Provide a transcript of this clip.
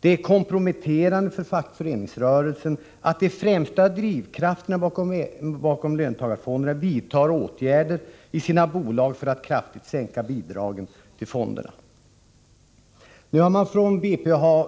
Det är komprometterande för fackföreningsrörelsen att de främsta drivkrafterna bakom löntagarfonderna vidtar åtgärder i sina bolag för att kraftigt sänka bidragen till fonderna. Nu har man från